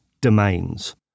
domains